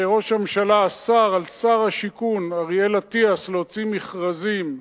שראש הממשלה אסר על שר השיכון אריאל אטיאס להוציא מכרזים לבנייה,